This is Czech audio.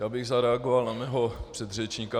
Já bych zareagoval na svého předřečníka.